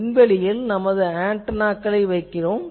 விண்வெளியில் நாம் ஆன்டெனாக்களை வைக்கிறோம்